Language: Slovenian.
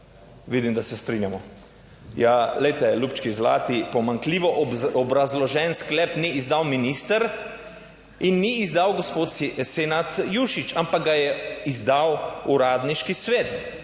Vidim, da se strinjamo. Ja, glejte, ljubčki zlati, pomanjkljivo obrazložen sklep ni izdal minister in ni izdal gospod Senad Jušić, ampak ga je izdal uradniški svet,